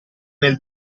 nel